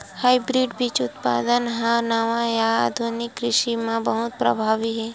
hybrid बीज उत्पादन हा नवा या आधुनिक कृषि मा बहुत प्रभावी हे